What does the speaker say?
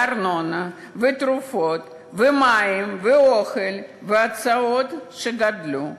וארנונה, ותרופות, ומים, ואוכל, והוצאות שגדלו,